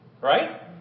Right